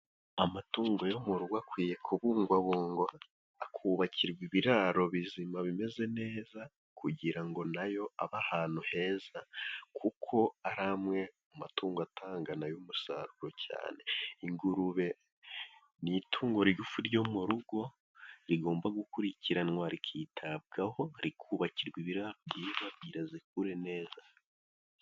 Amatungo yo mu rugo akwiye kubungwabungwa, akubakirwa ibiraro bizima bimeze neza, kugira ngo nayo abe ahantu heza kuko ari amwe mu matungo atanga nayo umusaruro, cyane ingurube ni itungo rigufi ryo mu rugo rigomba gukurikiranwa ,rikitabwaho rikubakirwa ibiraro byiza kugira ngo zikure neza.